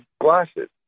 glasses